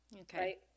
Okay